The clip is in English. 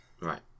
Right